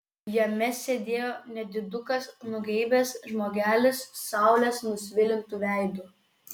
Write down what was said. jame sėdėjo nedidukas nugeibęs žmogelis saulės nusvilintu veidu